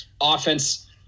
offense